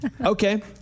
Okay